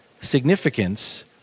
significance